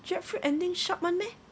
jackfruit ending sharp [one] meh